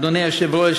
אדוני היושב-ראש,